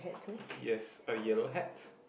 yes a yellow hat